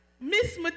Miss